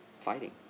Fighting